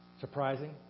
surprising